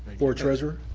board treasurer?